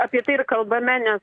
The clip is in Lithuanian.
apie tai ir kalbame ne